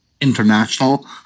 international